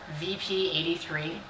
VP83